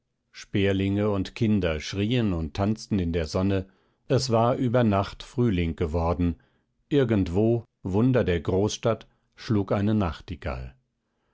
sperlinge und kinder schrien und tanzten in der sonne es war über nacht frühling geworden irgendwo wunder der großstadt schlug eine nachtigall